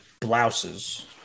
Blouses